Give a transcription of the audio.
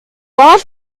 are